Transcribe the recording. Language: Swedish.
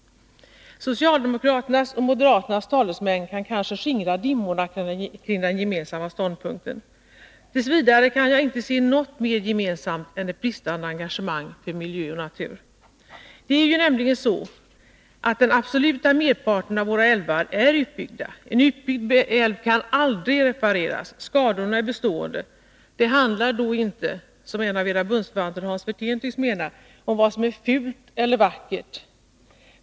Socialdemokraternas och moderaternas talesmän kan kanske skingra dimmorna kring den gemensamma ståndpunkten. T. v. kan jag inte se något mer gemensamt än ett bristande engagemang för miljö och natur. Det är nämligen så, att den absoluta merparten av våra älvar är utbyggda. En utbyggd älv kan aldrig repareras, skadorna är bestående. Det handlar då inte, som en av era bundsförvanter Hans Werthén tycks mena, om vad som är fult eller vackert.